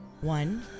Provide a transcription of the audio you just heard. One